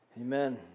Amen